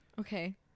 Okay